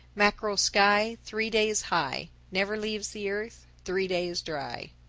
mackerel sky three days high never leaves the earth three days dry.